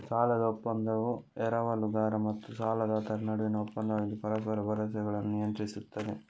ಸಾಲದ ಒಪ್ಪಂದವು ಎರವಲುಗಾರ ಮತ್ತು ಸಾಲದಾತರ ನಡುವಿನ ಒಪ್ಪಂದವಾಗಿದ್ದು ಪರಸ್ಪರ ಭರವಸೆಗಳನ್ನು ನಿಯಂತ್ರಿಸುತ್ತದೆ